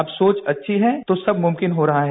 अब सोच अच्छी है तो सब मुमकिन हो रहा है